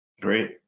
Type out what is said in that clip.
Great